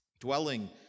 Dwelling